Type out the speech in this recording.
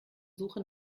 suche